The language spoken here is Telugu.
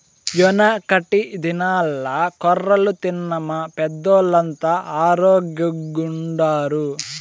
యెనకటి దినాల్ల కొర్రలు తిన్న మా పెద్దోల్లంతా ఆరోగ్గెంగుండారు